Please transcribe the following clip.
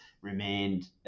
remained